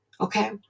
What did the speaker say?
Okay